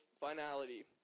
finality